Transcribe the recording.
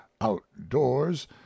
outdoors